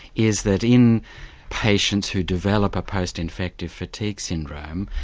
is that in patients who develop a post infective fatigue syndrome,